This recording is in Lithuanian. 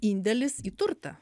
indėlis į turtą